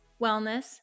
wellness